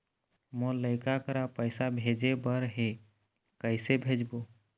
मोर लइका करा पैसा भेजें बर हे, कइसे भेजबो?